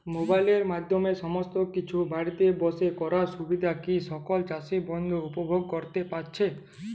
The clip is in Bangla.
মোবাইলের মাধ্যমে সমস্ত কিছু বাড়িতে বসে করার সুবিধা কি সকল চাষী বন্ধু উপভোগ করতে পারছে?